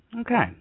okay